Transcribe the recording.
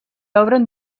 obren